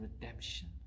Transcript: redemption